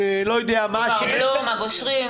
כפר בלום, הגושרים.